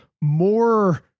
more